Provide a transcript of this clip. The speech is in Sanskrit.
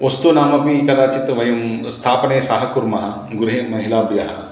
वस्तूनामपि कदाचित् वयं स्थापने सहकुर्मः गृहे महिलाभ्यः